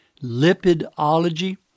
lipidology